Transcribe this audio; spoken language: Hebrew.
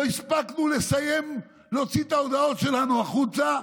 לא הספקנו לסיים להוציא את ההודעות שלנו החוצה,